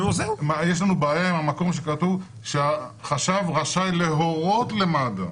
יש לנו בעיה עם המקום שכתוב שהחשב רשאי להורות למד"א.